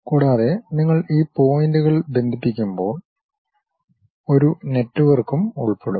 കൂടാതെ നിങ്ങൾ ഈ പോയിന്റുകൾ ബന്ധിപ്പിക്കുമ്പോൾ ഒരു നെറ്റ്വർക്കും ഉൾപ്പെടും